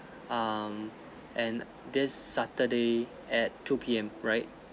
um and this saturday at two P_M right